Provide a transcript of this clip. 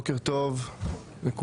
בוקר טוב לכולם,